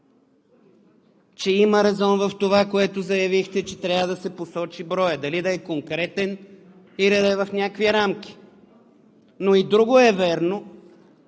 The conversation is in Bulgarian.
че има резон в това, което заявихте, че трябва да се посочи броят – дали да е конкретен, или да е в някакви рамки. Но и друго е вярно,